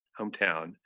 hometown